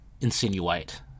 insinuate